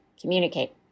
communicate